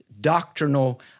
doctrinal